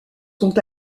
sont